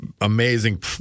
amazing